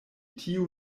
tiu